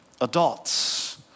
adults